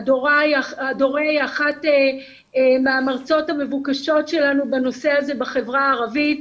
אדורה היא אחת מהמרצות המבוקשות שלנו בנושא הזה בחברה הערבית,